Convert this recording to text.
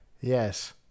Yes